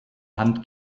hand